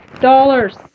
dollars